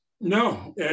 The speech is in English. No